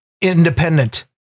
independent